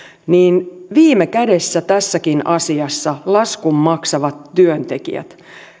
niin viime kädessä tässäkin asiassa laskun maksavat työntekijät